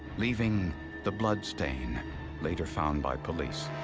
leaving the bloodstain later found by police.